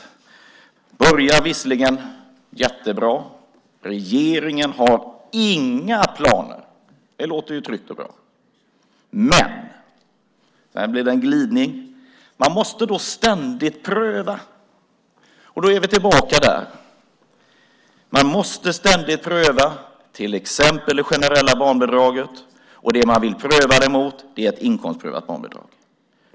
Ministern började visserligen jättebra med att säga att regeringen har inga planer på detta. Det låter ju tryggt och bra. Men sedan blev det en glidning, och han säger att man måste ständigt pröva. Då är vi tillbaka. Man måste tydligen ständigt pröva till exempel det generella barnbidraget, och det man vill pröva det mot är ett inkomstprövat barnbidrag.